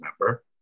member